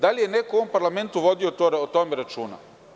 Da li je neko u ovom parlamentu vodio o tome računa?